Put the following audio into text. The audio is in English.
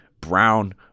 brown